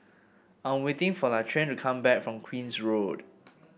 I'm waiting for Laquan to come back from Queen's Road